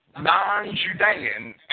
Non-Judean